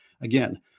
Again